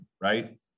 right